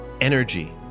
Energy